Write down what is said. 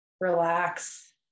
relax